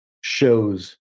Shows